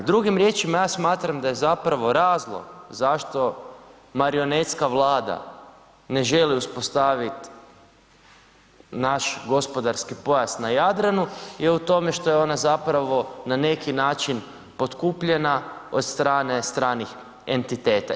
Drugim riječima ja smatram da je zapravo razlog zašto marionetska vlada ne želi uspostavit naš gospodarski pojas na Jadranu je u tome što je ona zapravo na neki način potkupljena od strane stranih entiteta.